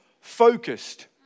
focused